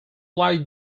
like